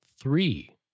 three